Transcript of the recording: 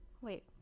Wait